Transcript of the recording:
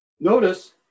Notice